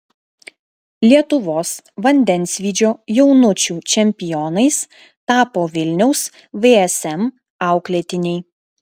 lietuvos vandensvydžio jaunučių čempionais tapo vilniaus vsm auklėtiniai